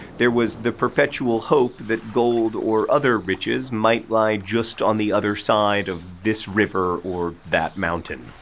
there was the perpetual hope that gold or other riches might lie just on the other side of this river, or that mountain.